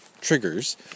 triggers